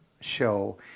show